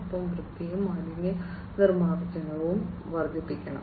ഒപ്പം വൃത്തിയും മാലിന്യ നിർമാർജനവും വർധിപ്പിക്കണം